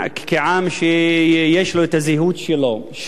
עם שיש לו הזהות שלו,